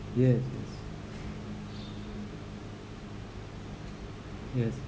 yes yes